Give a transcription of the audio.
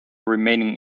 remaining